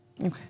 Okay